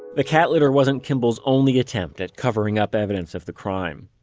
the cat litter wasn't kimball's only attempt at covering up evidence of the crime.